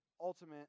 ultimate